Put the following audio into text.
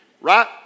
right